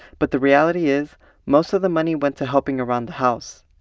but the reality is most of the money went to help and around the house.